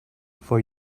for